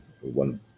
one